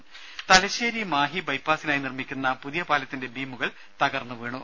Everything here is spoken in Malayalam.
ദേദ തലശ്ശേരി മാഹി ബൈപ്പാസിനായി നിർമ്മിക്കുന്ന പുതിയ പാലത്തിന്റെ ബീമുകൾ തകർന്നു വീണു